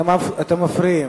אתם מפריעים.